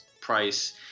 price